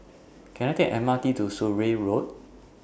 Can I Take The M R T to Surrey Road